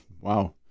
wow